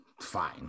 fine